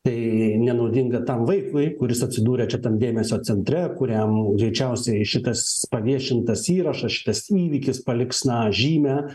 tai nenaudinga tam vaikui kuris atsidūrė čia tam dėmesio centre kuriam greičiausiai šitas paviešintas įrašas šitas įvykis paliks na žymę